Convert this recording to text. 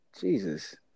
Jesus